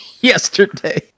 yesterday